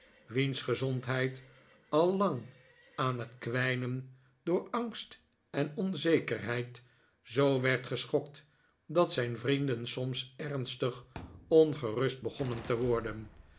wiens gezondheid al lang aan het kwijnen door angst en onzekerheid zoo werd geschokt dat zijn vrienden soms ernstig ongerust begonnen te worden